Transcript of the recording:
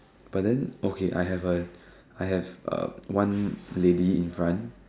but then okay I have a I have a one lady in front